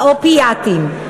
האופיאטים,